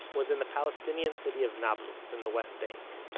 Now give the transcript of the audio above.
was in the palestinian city of nablus, in the west bank.